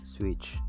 switch